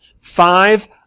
Five